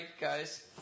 guys